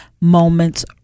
moments